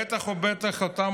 בטח ובטח אותם